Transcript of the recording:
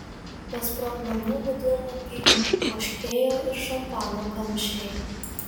be sprogmenų vidurnaktį poškėjo ir šampano kamščiai